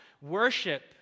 Worship